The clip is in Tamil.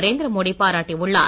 நரேந்திர மோடி பாராட்டியுள்ளார்